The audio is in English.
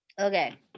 Okay